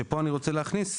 שפה אני רוצה להכניס,